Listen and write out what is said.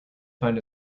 find